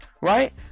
right